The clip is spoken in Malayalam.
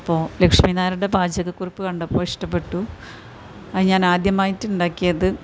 അപ്പോൾ ലക്ഷ്മി നായരുടെ പാചക കുറിപ്പ് കണ്ടപ്പോൾ ഇഷ്ട്ടപ്പെട്ടു അത് ഞാൻ ആദ്യമായിട്ട് ഉണ്ടാക്കിയത്